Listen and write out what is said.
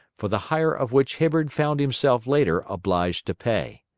for the hire of which hibbard found himself later obliged to pay.